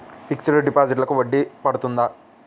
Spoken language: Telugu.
ఫిక్సడ్ డిపాజిట్లకు వడ్డీ పడుతుందా?